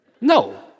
No